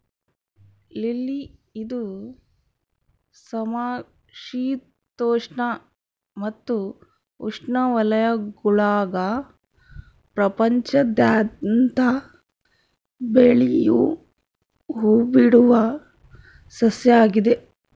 lily ಇದು ಸಮಶೀತೋಷ್ಣ ಮತ್ತು ಉಷ್ಣವಲಯಗುಳಾಗ ಪ್ರಪಂಚಾದ್ಯಂತ ಬೆಳಿಯೋ ಹೂಬಿಡುವ ಸಸ್ಯ ಆಗಿದೆ